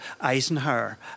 Eisenhower